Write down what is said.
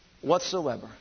whatsoever